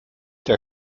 der